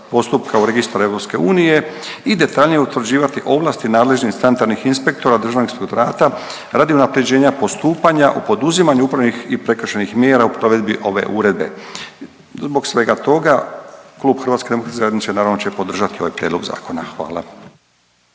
u Registar EU i detaljnije utvrđivati ovlasti nadležnih sanitarnih inspektora Državnog inspektorata radi unapređenja postupanja o poduzimanju upravnih i prekršajnih mjera u provedbi ove uredbe. Zbog svega toga Klub HDZ naravno će podržati ovaj prijedlog zakona. Hvala.